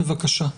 בבקשה.